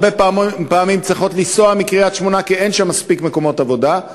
הרבה פעמים צריכות לנסוע מקריית-שמונה כי אין שם מספיק מקומות עבודה,